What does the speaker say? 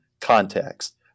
context